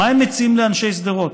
מה הם מציעים לאנשי שדרות?